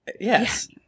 yes